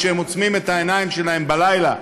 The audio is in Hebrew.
כשהם עוצמים את העיניים שלהם בלילה,